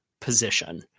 position